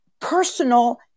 personal